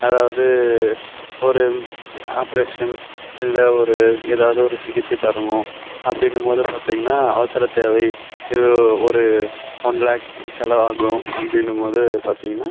அதாவது ஒரு ஆப்ரேஷன் இல்லை ஒரு ஏதாவது ஒரு சிகிச்சை பெறணும் அப்படின்ற போது பார்த்தீங்கனா அவசரத் தேவை ஒரு ஒன் லேக் செலவு ஆகும் அப்படினும்போது பார்த்தீங்கனா